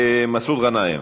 מסעוד גנאים,